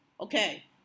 okay